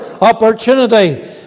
opportunity